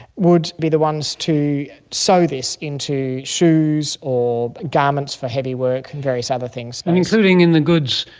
would be the ones to sew this into shoes or garments for heavy work and various other things. and including in the goods,